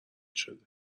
شدم